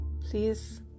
Please